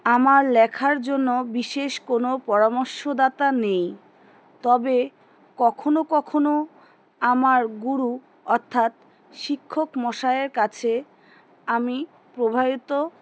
আমার লেখার জন্য বিশেষ কোনো পরামর্শদাতা নেই তবে কখনো কখনো আমার গুরু অর্থাৎ শিক্ষক মশায়ের কাছে আমি প্রভাবিত